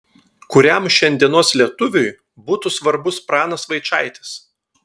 kuriam šiandienos lietuviui būtų svarbus pranas vaičaitis